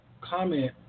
comment